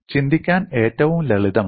ചിന്തിക്കാൻ ഏറ്റവും ലളിതമാണിത്